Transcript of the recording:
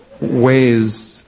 ways